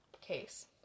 case